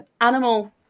Animal